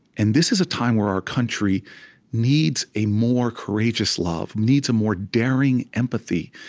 and this is a time where our country needs a more courageous love, needs a more daring empathy.